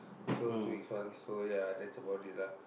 so two weeks once so ya that's about it lah